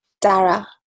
Dara